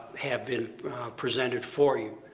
have been presented for you.